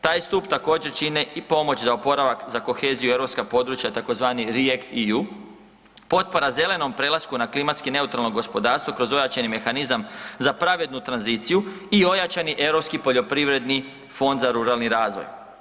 Taj stup također čine i pomoć za oporavak za koheziju europska područja tzv. REACT-EU, potpora zelenom prelasku na klimatski neutralno gospodarstvo kroz ojačani mehanizam za pravednu tranziciju i ojačani europski poljoprivredni fond za ruralni razvoj.